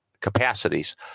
capacities